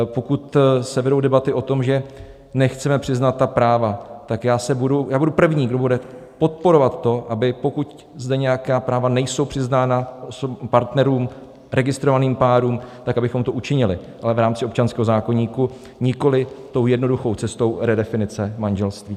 Pokud se vedou debaty o tom, že nechceme přiznat ta práva, tak já budu první, kdo bude podporovat to, aby pokud zde nějaká práva nejsou přiznána partnerům, registrovaným párům, tak abychom to učinili, ale v rámci občanského zákoníku, nikoli tou jednoduchou cestou redefinice manželství.